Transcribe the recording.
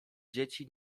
dzieci